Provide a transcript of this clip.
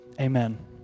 Amen